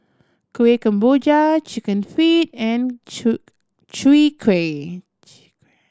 Kuih Kemboja Chicken Feet and Chwee Kueh